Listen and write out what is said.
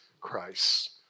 Christ